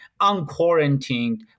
unquarantined